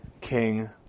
king